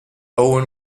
owen